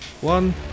One